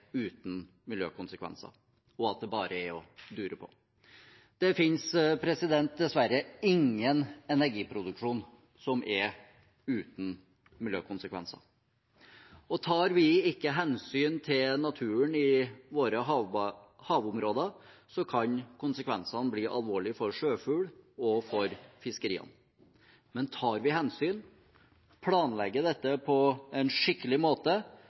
uten miljøkonsekvenser, og at det bare er å dure på. Det fins dessverre ingen energiproduksjon som er uten miljøkonsekvenser. Tar vi ikke hensyn til naturen i våre havområder, kan konsekvensene bli alvorlige for sjøfugl og for fiskeriene. Men tar vi hensyn, planlegger dette på en skikkelig måte,